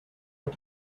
you